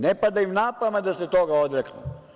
Ne pada im na pamet da se toga odreknu.